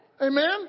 Amen